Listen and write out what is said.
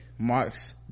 marks